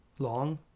Long